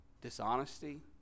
dishonesty